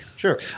Sure